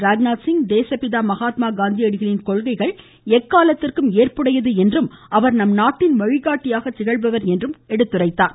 ராஜ்நாத் சிங் தேசப்பிதா மகாத்மா காந்தியடிகளின் கொள்கைகள் எக்காலத்திற்கும் ஏற்புடையது என்றும் அவர் நம்நாட்டின் வழிகாட்டியாக திகழ்பவர் என்றும் எடுத்துரைத்தார்